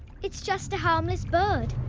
it's just a harmless bird.